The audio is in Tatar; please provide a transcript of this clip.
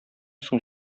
соң